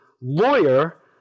lawyer